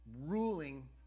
ruling